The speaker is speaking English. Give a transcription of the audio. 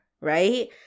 Right